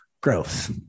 growth